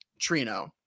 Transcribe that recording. Trino